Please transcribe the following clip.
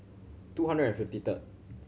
two hundred and fifty third